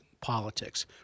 politics